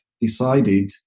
decided